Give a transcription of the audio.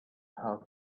how